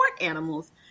animals